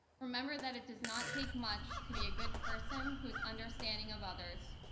remember that it does not take much to be a good person who's understanding of others.